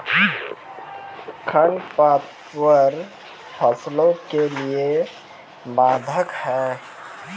खडपतवार फसलों के लिए बाधक हैं?